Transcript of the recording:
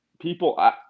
people